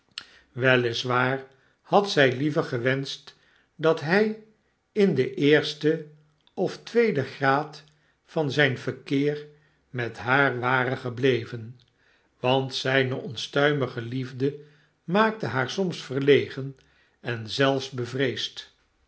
waar had zy liever gewenscht dat hy in den eersten of tweeden graad van zyn verkeer met haar ware gebleven want zijna onstuimige liefde maakte haar soms verlegen en zelfs bevreesd